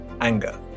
anger